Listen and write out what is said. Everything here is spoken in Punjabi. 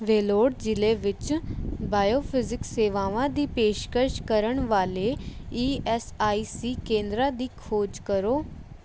ਵੈਲੋਰ ਜ਼ਿਲ੍ਹੇ ਵਿੱਚ ਬਾਇਓਫਿਜ਼ਿਕਸ ਸੇਵਾਵਾਂ ਦੀ ਪੇਸ਼ਕਸ਼ ਕਰਨ ਵਾਲੇ ਈ ਐੱਸ ਆਈ ਸੀ ਕੇਂਦਰਾਂ ਦੀ ਖੋਜ ਕਰੋ